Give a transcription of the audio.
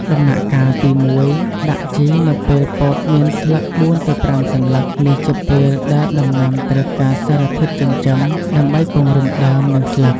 ដំណាក់កាលទី១ ដាក់ជីនៅពេលពោតមានស្លឹក ៤ ទៅ ៥ សន្លឹក នេះជាពេលដែលដំណាំត្រូវការសារធាតុចិញ្ចឹមដើម្បីពង្រឹងដើម និងស្លឹក។